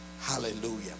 hallelujah